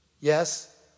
Yes